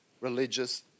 religious